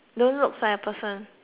don't looks like a person